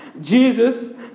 Jesus